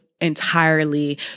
entirely